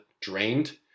drained